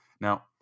Now